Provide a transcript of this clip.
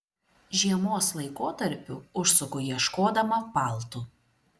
žiemos laikotarpiu užsuku ieškodama paltų